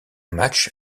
match